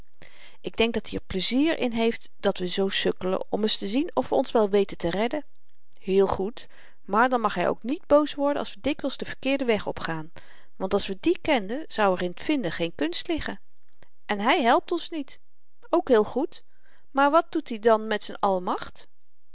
ik denk dat-i er pleizier in heeft dat we zoo sukkelen om eens te zien of we ons wel weten te redden heel goed maar dan mag hy ook niet boos worden als we dikwyls den verkeerden weg opgaan want als we dien kenden zou er in t vinden geen kunst liggen en hy helpt ons niet ook heel goed maar wat doet i dan met z'n almacht